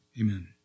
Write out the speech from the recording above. amen